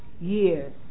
years